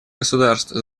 государств